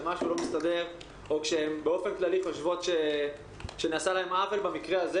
משהו לא מסתדר או כשהן באופן כללי חושבות שנעשה להן עוול במקרה הזה.